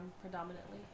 predominantly